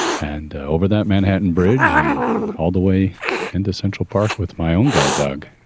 and over that manhattan bridge and all the way into central park with my own guide dog,